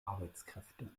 arbeitskräfte